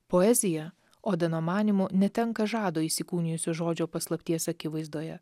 poezija odino manymu netenka žado įsikūnijusio žodžio paslapties akivaizdoje